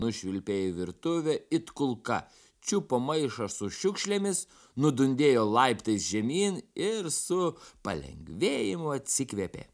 nušvilpė į virtuvę it kulka čiupo maišą su šiukšlėmis nudundėjo laiptais žemyn ir su palengvėjimu atsikvėpė